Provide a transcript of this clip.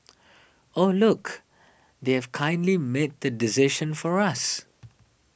oh look they've kindly made the decision for us